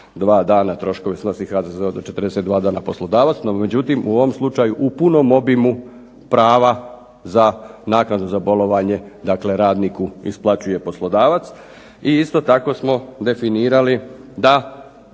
42 dana troškove snosi HZZO, do 42 dana poslodavac. No međutim, u ovom slučaju u punom obimu prava za naknadu za bolovanje, dakle radniku isplaćuje poslodavac. I isto tako smo definirali da